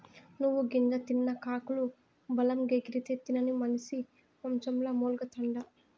నువ్వు గింజ తిన్న కాకులు బలంగెగిరితే, తినని మనిసి మంచంల మూల్గతండా